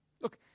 Look